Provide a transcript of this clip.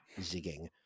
zigging